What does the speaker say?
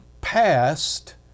passed